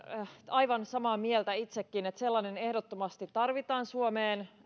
aivan samaa mieltä itsekin että sellainen ehdottomasti tarvitaan suomeen